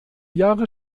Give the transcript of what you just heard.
jahre